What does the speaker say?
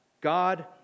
God